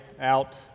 out